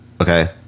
Okay